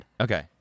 Okay